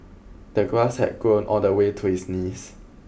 the grass had grown all the way to his knees